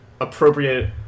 appropriate